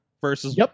versus